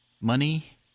money